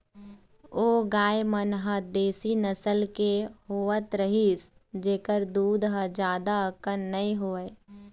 ओ गाय मन ह देसी नसल के होवत रिहिस जेखर दूद ह जादा अकन नइ होवय